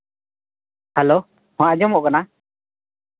hello ᱦᱮᱸ ᱟᱸᱡᱚᱢᱚᱜ ᱠᱟᱱᱟ